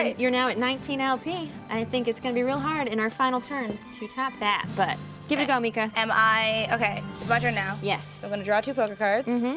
you're now at nineteen lp, i think it's gonna be real hard, in our final turns, to top that, but give it a go, mica. am i, okay, it's my turn now. yes. so i'm gonna draw two poker cards.